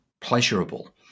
pleasurable